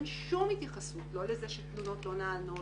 אין שום התייחסות לא לזה שתלונות לא נענות,